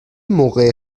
موقع